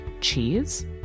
cheese